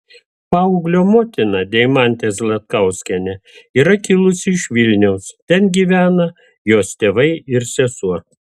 paauglio motina deimantė zlatkauskienė yra kilusi iš vilniaus ten gyvena jos tėvai ir sesuo